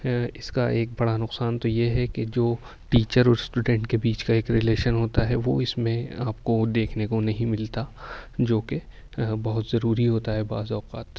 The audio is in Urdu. اس کا ایک بڑا نقصان تو یہ ہے کہ جو ٹیچر اور اسٹوڈنٹ کے بیچ کا ایک ریلیشن ہوتا ہے وہ اس میں آپ کو دیکھنے کو نہیں ملتا جو کہ بہت ضروری ہوتا ہے بعض اوقات